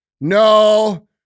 No